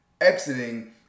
exiting